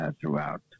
throughout